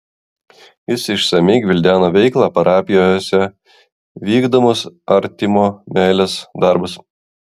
jis išsamiai gvildeno veiklą parapijose vykdomus artimo meilės darbus